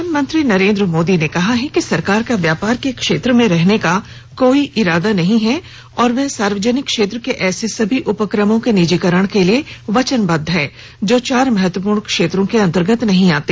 प्रधानमंत्री नरेन्द्र मोदी ने कहा है कि सरकार का व्यापार के क्षेत्र में रहने का कोई इरादा नहीं है और वह सार्वजनिक क्षेत्र के ऐसे सभी उपक्रमों के निजीकरण के लिए वचनबद्ध हैं जो चार महत्वपूर्ण क्षेत्रों के अंतर्गत नहीं आते